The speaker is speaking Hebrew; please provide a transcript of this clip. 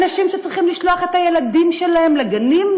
אנשים שצריכים לשלוח את הילדים שלהם לגנים,